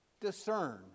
discern